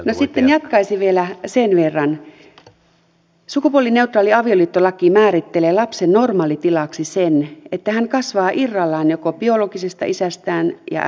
no sitten jatkaisin vielä sen verran että sukupuolineutraali avioliittolaki määrittelee lapsen normaalitilaksi sen että hän kasvaa irrallaan joko biologisesta isästään tai äidistään